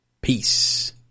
Peace